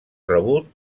rebut